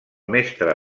mestre